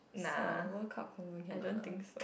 siao World Cup confirm cannot lah